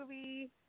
movie